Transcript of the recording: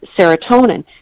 serotonin